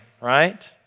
right